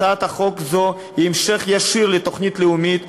הצעת החוק הזו היא המשך ישיר לתוכנית הלאומית,